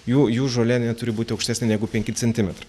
jų jų žolė neturi būti aukštesnė negu penki centimetrai